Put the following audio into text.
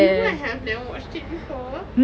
did you know I have never watched it before